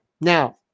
Now